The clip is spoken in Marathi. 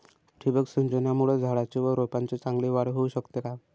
ठिबक सिंचनामुळे झाडाची व रोपांची चांगली वाढ होऊ शकते का?